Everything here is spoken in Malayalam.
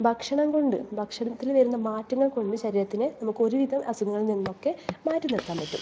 ഭക്ഷണം കൊണ്ട് ഭക്ഷണത്തിൽ വരുന്ന മാറ്റങ്ങൾ കൊണ്ട് ശരീരത്തിന് നമുക്ക് ഒരു വിധം അസുഖങ്ങളിൽ നിന്നൊക്കെ മാറ്റി നിർത്താൻ പറ്റും